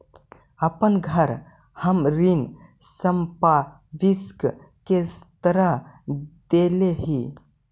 अपन घर हम ऋण संपार्श्विक के तरह देले ही